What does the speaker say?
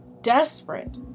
desperate